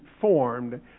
formed—